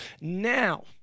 Now